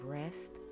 rest